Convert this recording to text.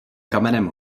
kamenem